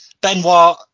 benoit